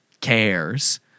cares